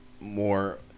more